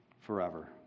forever